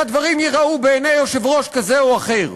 הדברים ייראו בעיני יושב-ראש כזה או אחר.